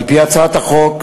על-פי הצעת החוק,